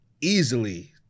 easily